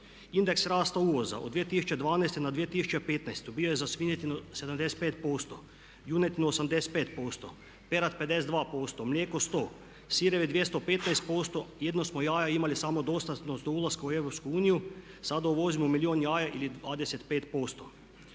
Indeks rasta uvoza od 2012. na 2015. bio je za svinjetinu 75%, junetinu 85%, perad 52%, mlijeko 100, sirevi 215%. Jedino smo jaja imali samodostatno do ulaska u EU. Sada uvozimo milijun jaja ili 25%.